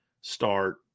start